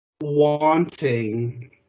wanting